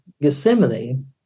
gethsemane